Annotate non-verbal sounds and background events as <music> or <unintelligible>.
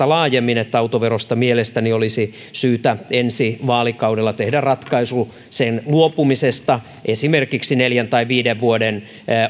<unintelligible> laajemmin että autoverosta mielestäni olisi syytä ensi vaalikaudella tehdä ratkaisu sen luopumisesta esimerkiksi neljän tai viiden vuoden